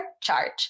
charge